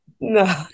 no